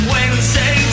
Wednesday